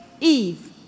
Eve